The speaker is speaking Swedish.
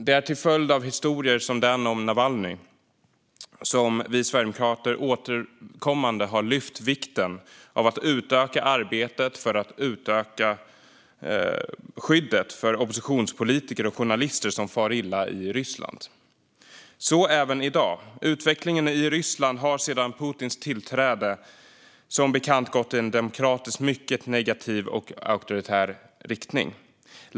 Det är till följd av historier som den om Navalnyj som vi sverigedemokrater återkommande har lyft fram vikten av att utöka arbetet för att skydda oppositionspolitiker och journalister som far illa i Ryssland. Så även i dag. Utvecklingen i Ryssland har sedan Putins tillträde som bekant gått i en demokratiskt mycket negativ och auktoritär riktning.